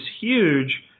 huge